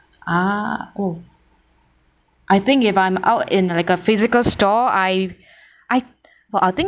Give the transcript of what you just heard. ah oh I think if I'm out in like a physical store I I well I think